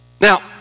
Now